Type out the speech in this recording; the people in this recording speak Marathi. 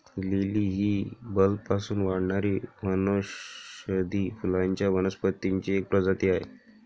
लिली ही बल्बपासून वाढणारी वनौषधी फुलांच्या वनस्पतींची एक प्रजाती आहे